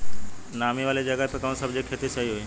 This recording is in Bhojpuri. नामी वाले जगह पे कवन सब्जी के खेती सही होई?